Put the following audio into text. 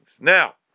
Now